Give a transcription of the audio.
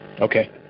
Okay